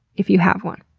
if you have one.